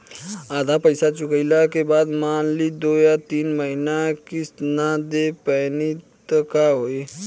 आधा पईसा चुकइला के बाद मान ली दो या तीन महिना किश्त ना दे पैनी त का होई?